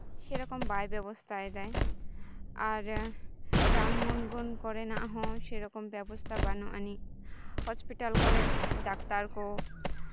ᱥᱮᱭ ᱨᱚᱠᱚᱢ ᱵᱟᱭ ᱵᱮᱵᱚᱥᱛᱷᱟᱭᱮᱫᱟ ᱟᱨ ᱨᱟᱱ ᱢᱩᱨᱜᱟᱹᱱ ᱠᱚᱨᱮᱱᱟᱜ ᱦᱚᱸ ᱥᱮᱭ ᱨᱚᱠᱚᱢ ᱵᱮᱵᱚᱥᱛᱷᱟ ᱵᱟᱹᱱᱩᱜ ᱟᱹᱱᱤᱡ ᱦᱚᱥᱯᱤᱴᱟᱞ ᱠᱚᱨᱮᱫ ᱰᱟᱠᱛᱟᱨ ᱠᱚ